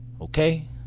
okay